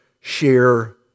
share